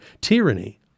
tyranny